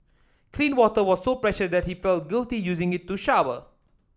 clean water was so precious that he felt guilty using it to shower